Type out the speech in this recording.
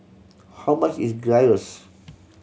how much is Gyros